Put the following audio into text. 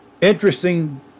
Interesting